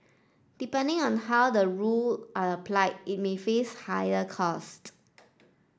depending on how the rule are applied it may face higher costs